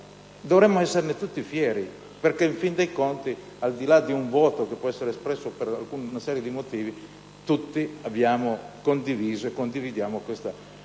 Dovremmo esserne tutti fieri, perché in fin dei conti, al di là di un voto, che può essere espresso per una serie di motivi, tutti abbiamo condiviso e condividiamo questo